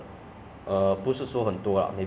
怎么怎么 lousy